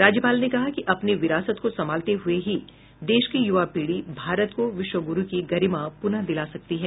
राज्यपाल ने कहा कि अपनी विरासत को संभालते हुए ही देश की युवा पीढ़ी भारत को विश्व्गुरू की गरिमा पुनः दिला सकती है